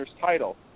title